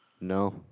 No